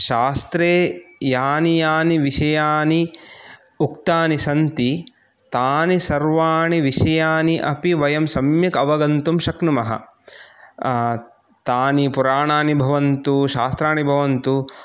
शास्त्रे यानि यानि विषयानि उक्तानि सन्ति तानि सर्वाणि विषयानि अपि वयं सम्यक् अवगन्तुं शक्नुमः तानि पुराणानि भवन्तु शास्त्राणि भवन्तु